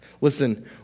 Listen